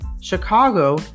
Chicago